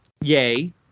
Yay